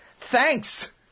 thanks